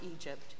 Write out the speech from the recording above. Egypt